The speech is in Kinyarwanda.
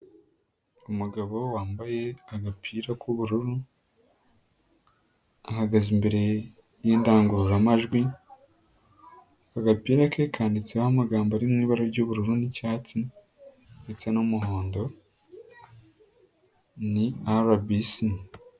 Umugabo wambaye agapira k'ubururu, ahagaze imbere y'indangururamajwi, agapira ke kandiditseho amagambo ari mu ibara ry'ubururu n'icyatsi ndetse n'umuhondo, ni RBC.